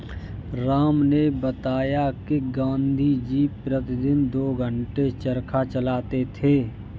राम ने बताया कि गांधी जी प्रतिदिन दो घंटे चरखा चलाते थे